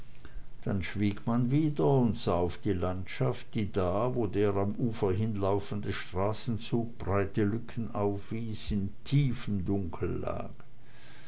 dann schwieg man wieder und sah auf die landschaft die da wo der am ufer hinlaufende straßenzug breite lücken aufwies in tiefem dunkel lag